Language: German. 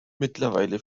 mittlerweile